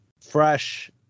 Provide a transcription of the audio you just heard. fresh